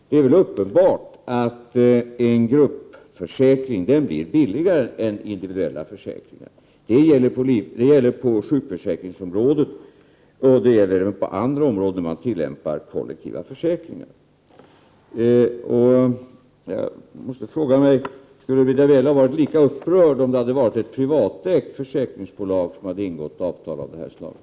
Det är väl uppenbart att en gruppförsäkring blir billigare än individuella försäkringar. Det gäller på sjukförsäkringsområdet och det gäller även på andra områden där man tillämpar kollektiva försäkringar. Jag måste fråga mig huruvida Britta Bjelle hade varit lika upprörd om det hade varit ett privatägt försäkringsbolag som hade ingått avtal av detta slag.